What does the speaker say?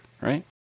right